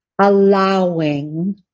allowing